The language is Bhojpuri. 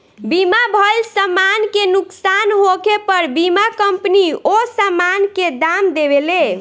बीमा भइल समान के नुकसान होखे पर बीमा कंपनी ओ सामान के दाम देवेले